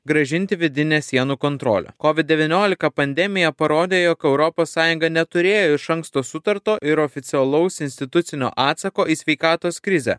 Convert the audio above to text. grąžinti vidinę sienų kontrolę covid devyniolika pandemija parodė jog europos sąjunga neturėjo iš anksto sutarto ir oficialaus institucinio atsako į sveikatos krizę